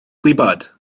gwybod